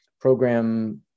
program